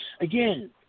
Again